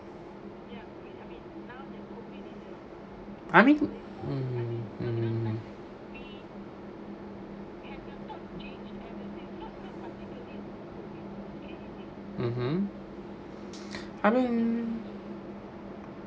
I mean to mm (uh huh) I mean